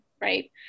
right